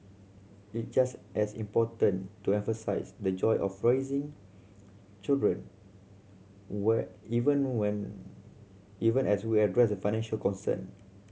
it's just as important to emphasise the joy of raising children wear even when even as we address the financial concern